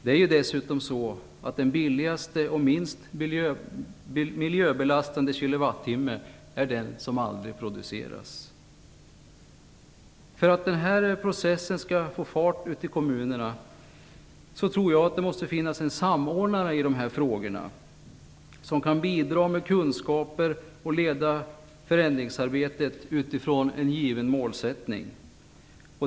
Det är dessutom så att den billigaste och minst miljöbelastande kilowattimmen är den som aldrig produceras. För att den här processsen skall ta fart ute i kommunerna tror jag att det måste finnas en samordnare i de här frågorna, en samordnare som kan bidra med kunskaper och leda förändringsarbetet utifrån en given målsättning.